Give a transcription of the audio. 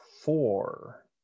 four